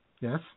yes